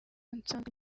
nsanzwe